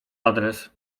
adres